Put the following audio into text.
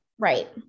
Right